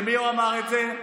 למי הוא אמר את זה?